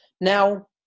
Now